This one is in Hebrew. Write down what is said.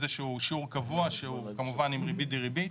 איזשהו שיעור קבוע שהוא כמובן עם ריבית דריבית.